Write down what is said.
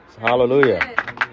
Hallelujah